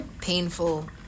painful